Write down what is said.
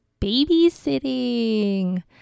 babysitting